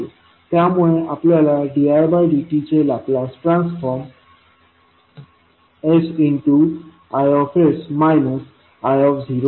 त्यामुळे आपल्यालाdidtचे लाप्लास ट्रान्सफॉर्मsIs i मिळेल